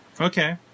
Okay